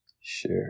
Sure